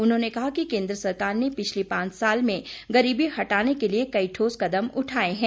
उन्होंने कहा कि केंद्र सरकार ने पिछले पांच साल में गरीबी हटाने के लिए कई ठोस कदम उठाए हैं